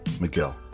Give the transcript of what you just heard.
Miguel